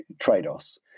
trade-offs